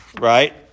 right